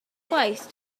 gwaith